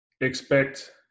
expect